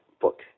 book